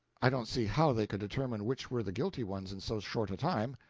i don't see how they could determine which were the guilty ones in so short a time.